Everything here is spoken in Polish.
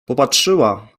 popatrzyła